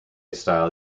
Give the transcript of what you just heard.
style